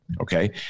Okay